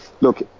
Look